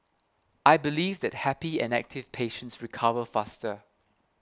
I believe that happy and active patients recover faster